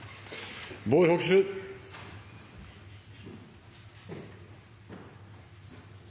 Bård Hoksrud: